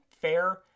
fair